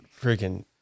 freaking